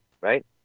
right